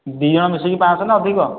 ଦିଜଣ ମିଶିକି ପାଞ୍ଚ ଶହ ନା ଅଧିକ